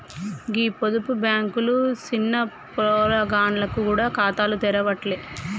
గీ పొదుపు బాంకులు సిన్న పొలగాండ్లకు గూడ ఖాతాలు తెరవ్వట్టే